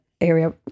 area